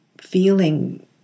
feeling